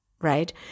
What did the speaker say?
right